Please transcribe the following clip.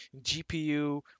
GPU